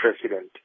president